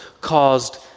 caused